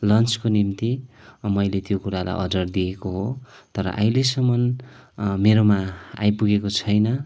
लन्चको निम्ति मैले त्यो कुरालाई अर्डर दिएको हो तर अहिलेसम्म मेरोमा आइपुगेको छैन